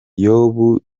yobu